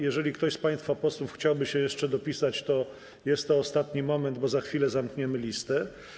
Jeżeli ktoś z państwa posłów chciałby się jeszcze dopisać, to jest to ostatni moment, bo za chwilę zamkniemy listę.